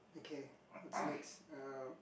okay what's next uh